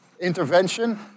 intervention